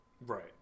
right